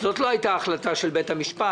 זאת לא היתה ההחלטה של בית המשפט.